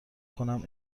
کنم